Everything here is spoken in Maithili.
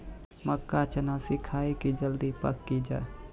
मक्का चना सिखाइए कि जल्दी पक की जय?